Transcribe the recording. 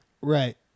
Right